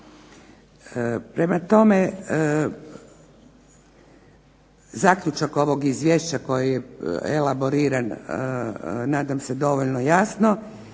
Prema tome, zaključak ovog izvješća koji je elaboriran nadam se dovoljno jasno,